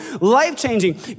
life-changing